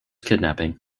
kidnapping